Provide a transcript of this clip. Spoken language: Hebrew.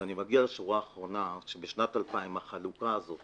אני מגיע לשורה האחרונה, שבשנת 2000 החלוקה הזאת